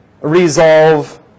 resolve